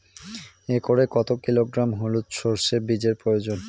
একরে কত কিলোগ্রাম হলুদ সরষে বীজের প্রয়োজন?